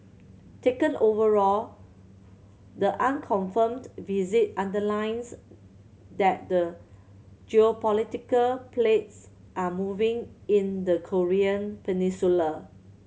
taken overall the unconfirmed visit underlines that the geopolitical plates are moving in the Korean Peninsula